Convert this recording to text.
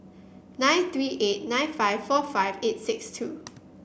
nine three eight nine five four five eight six two